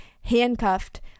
handcuffed